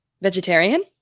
Vegetarian